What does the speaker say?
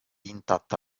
intatta